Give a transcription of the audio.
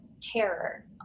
terror